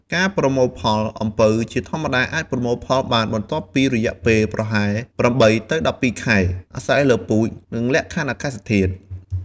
ការប្រមូលផល អំពៅជាធម្មតាអាចប្រមូលផលបានបន្ទាប់ពីរយៈពេលប្រហែល ៨ ទៅ ១២ ខែ អាស្រ័យលើពូជ និងលក្ខខណ្ឌអាកាសធាតុ។